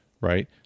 right